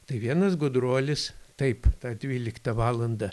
tai vienas gudruolis taip dvyliktą valandą